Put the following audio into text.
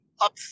up